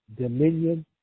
dominion